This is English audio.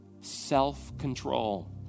self-control